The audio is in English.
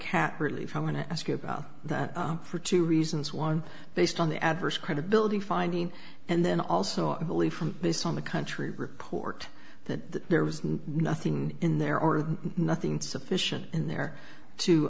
cap relief i want to ask you about that for two reasons one based on the adverse credibility finding and then also i believe from based on the country report that there was nothing in there or nothing sufficient in t